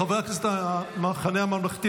חברי הכנסת מהמחנה הממלכתי,